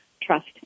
trust